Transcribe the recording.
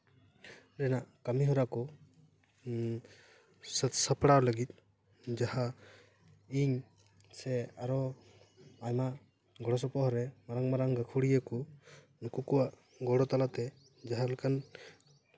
ᱠᱟᱹᱢᱤᱦᱚᱨᱟ ᱠᱚ ᱥᱟᱹᱛ ᱥᱟᱯᱲᱟᱣ ᱞᱟᱹᱜᱤᱫ ᱡᱟᱦᱟᱸ ᱤᱧ ᱥᱮ ᱟᱨᱚ ᱟᱭᱢᱟ ᱜᱚᱲᱚ ᱥᱚᱯᱚᱦᱚᱫ ᱨᱮ ᱢᱟᱨᱟᱝ ᱢᱟᱨᱟᱝ ᱜᱟᱹᱠᱷᱩᱲᱤᱭᱟᱹ ᱠᱚ ᱩᱱᱩᱠᱩ ᱠᱚᱣᱟᱜ ᱜᱚᱲᱚ ᱛᱟᱞᱟᱛᱮ ᱡᱟᱦᱟᱸ ᱞᱮᱠᱟᱱ